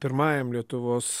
pirmajam lietuvos